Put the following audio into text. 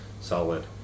solid